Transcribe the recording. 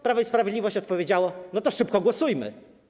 Prawo i Sprawiedliwość odpowiedziało: no to szybko głosujmy.